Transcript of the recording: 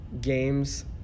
games